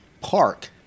park